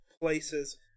places